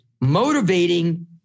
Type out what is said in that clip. motivating